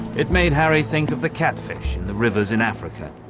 it made harry think of the catfish in the rivers in africa,